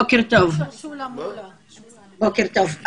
בוקר טוב.